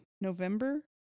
November